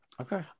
Okay